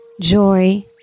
joy